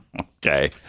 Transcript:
Okay